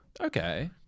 Okay